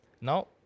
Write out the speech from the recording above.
Now